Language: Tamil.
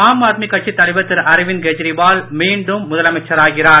ஆம் ஆத்மி கட்சித் தலைவர் திரு அரவிந்த் கெஜ்ரிவால் மீண்டும் முதலமைச்சராகிறார்